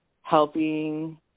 helping